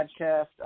podcast